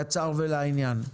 קצר ולעניין.